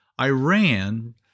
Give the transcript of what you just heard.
Iran